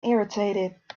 irritated